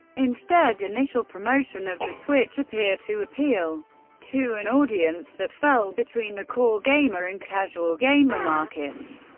instead, initial promotion of the switch appeared to appeal to an audience that fell between the core gamer and casual gamer markets,